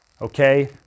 okay